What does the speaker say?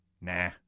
Nah